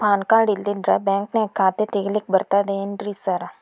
PAN card ಇಲ್ಲಂದ್ರ ಬ್ಯಾಂಕಿನ್ಯಾಗ ಖಾತೆ ತೆಗೆಲಿಕ್ಕಿ ಬರ್ತಾದೇನ್ರಿ ಸಾರ್?